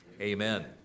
Amen